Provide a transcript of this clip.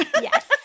Yes